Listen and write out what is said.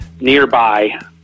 nearby